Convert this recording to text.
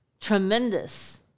tremendous